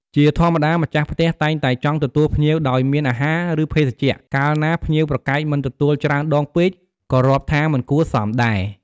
ជាធម្មតា ម្ចាស់ផ្ទះតែងតែចង់ទទួលភ្ញៀវដោយមានអាហារ ឬ ភេសជ្ជៈ កាលណាភ្ញៀវប្រកែកមិនទទួលច្រើនដងពេកក៏រាប់ថាមិនគួរសមដែរ។